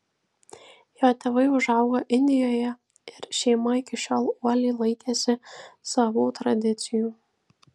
jo tėvai užaugo indijoje ir šeima iki šiol uoliai laikėsi savų tradicijų